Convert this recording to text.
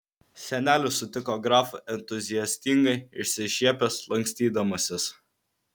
senelis sutiko grafą entuziastingai išsišiepęs lankstydamasis